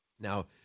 Now